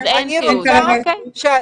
אני רוצה לפרוטוקול,